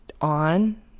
on